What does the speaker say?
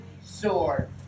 sword